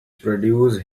produced